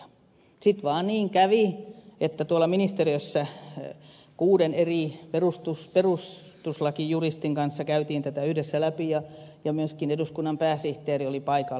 sitten vaan niin kävi että tuolla ministeriössä kuuden eri perustuslakijuristin kanssa käytiin tätä yhdessä läpi ja myöskin eduskunnan pääsihteeri oli paikalla